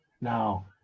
now